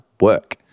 work